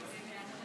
אדוני.